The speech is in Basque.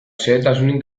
xehetasunik